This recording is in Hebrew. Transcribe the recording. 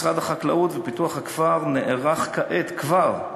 משרד החקלאות ופיתוח הכפר נערך כעת, כבר,